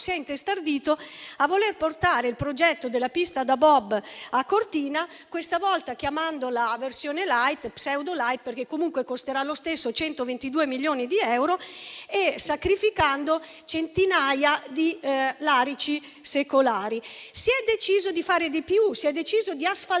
si è intestardito nel voler portare il progetto della pista da bob a Cortina, questa volta definita in versione *light* - o pseudo-*light*, perché comunque costerà lo stesso 122 milioni di euro - sacrificando centinaia di larici secolari. Si è anche deciso di fare di più, cioè di asfaltare